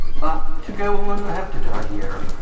but to go on, i have to die here.